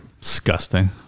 Disgusting